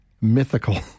mythical